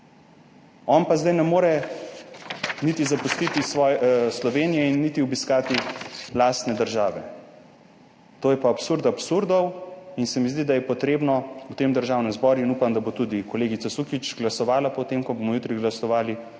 On pa zdaj ne more niti zapustiti Slovenije in niti obiskati lastne države. To je pa absurd absurdov in se mi zdi, da je potrebno v Državnem zboru – in upam, da bo tudi kolegica Sukič glasovala, potem ko bomo jutri glasovali,